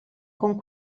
con